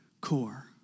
core